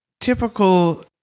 typical